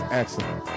excellent